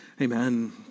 Amen